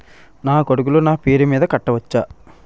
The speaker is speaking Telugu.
నా కొడుకులు నా పేరి మీద కట్ట వచ్చా?